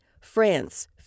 France